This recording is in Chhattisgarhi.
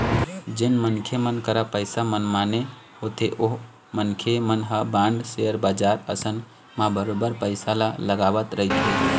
जेन मनखे मन करा पइसा मनमाने होथे ओ मनखे मन ह बांड, सेयर बजार असन म बरोबर पइसा ल लगावत रहिथे